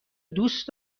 دوست